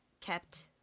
kept